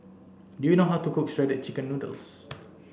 do you know how to cook shredded chicken noodles